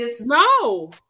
No